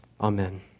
Amen